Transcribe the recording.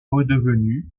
redevenu